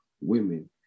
Women